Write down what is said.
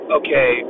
okay